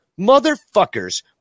motherfuckers